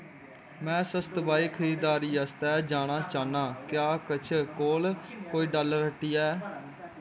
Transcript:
मै सस्त भाई खरीदारी आस्तै जाना चाह्न्नां क्या कश कोल कोई डालर हट्टी ऐ